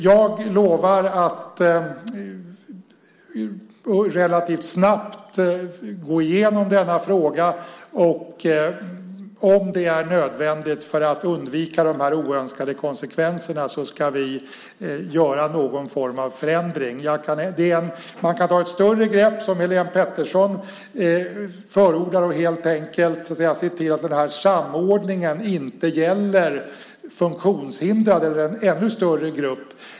Jag lovar att relativt snabbt gå igenom denna fråga. Om det är nödvändigt för att undvika dessa oönskade konsekvenser ska vi göra någon form av förändring. Man kan ta ett större grepp, som Helene Petersson förordar, och se till att samordningen inte gäller funktionshindrade, eller kanske en ännu större grupp.